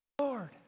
Lord